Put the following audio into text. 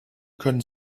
können